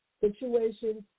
situations